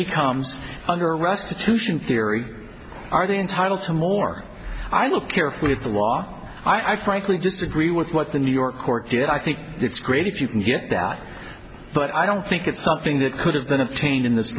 becomes under restitution theory are they entitled to more i look carefully at the law i frankly just agree with what the new york court did i think it's great if you can get that but i don't think it's something that could have been a change in this